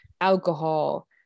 alcohol